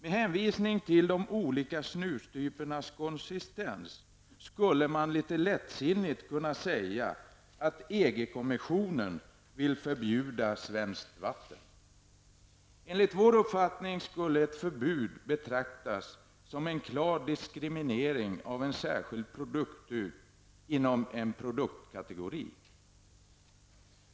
Med hänvisning till de olika snustypernas konsistens skulle man litet lättsinnigt kunna säga att Enligt vår uppfattning skulle ett förbud betraktas som en klar diskriminering av en särskild produkttyp inom en produktkategori.